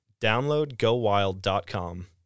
DownloadGoWild.com